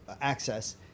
access